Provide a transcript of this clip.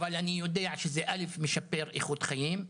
אבל אני יודע שזה א' משפר איכות חיים,